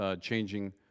Changing